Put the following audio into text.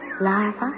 larva